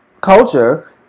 culture